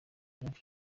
prof